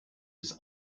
his